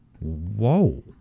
Whoa